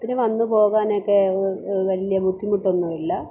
പിന്നെ വന്നു പോകാനൊക്കെ വലിയ ബുദ്ധിമുട്ടൊന്നുമില്ല